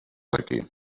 aquí